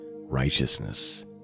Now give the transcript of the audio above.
righteousness